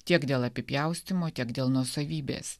tiek dėl apipjaustymo tiek dėl nuosavybės